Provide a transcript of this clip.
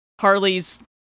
Harley's